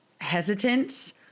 hesitance